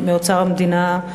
מאוצר המדינה,